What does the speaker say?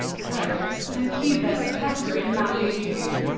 cloves, and cubeb pepper in maluku.